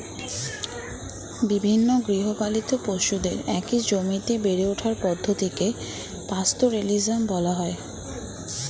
বিভিন্ন গৃহপালিত পশুদের একই জমিতে বেড়ে ওঠার পদ্ধতিকে পাস্তোরেলিজম বলা হয়